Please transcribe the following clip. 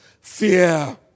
Fear